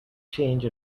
change